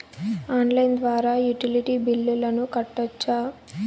Online ద్వారా utility బిల్లులను కట్టొచ్చా?